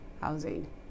housing